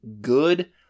good